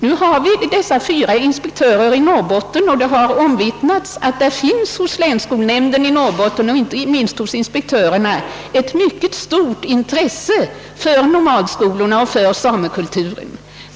I Norrbotten finns nu fyra inspektörer, och det har omvittnats att det hos länsskolnämnden i Norrbotten och inte minst hos inspektörerna där finns ett mycket stort intresse för nomadskolorna och för samekulturen.